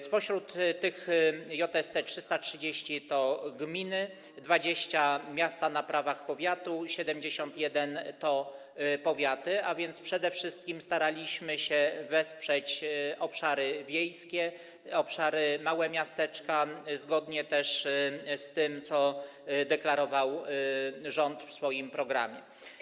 Spośród tych JST 330 to gminy, 20 to miasta na prawach powiatu, 71 to powiaty, a więc przede wszystkim staraliśmy się wesprzeć obszary wiejskie, małe miasteczka, zgodnie z tym, co deklarował rząd w swoim programie.